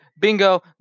Bingo